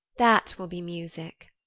that will be music.